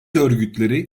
örgütleri